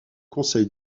conseil